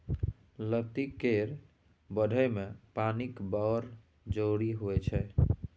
लत्ती केर बढ़य मे पानिक बड़ जरुरी होइ छै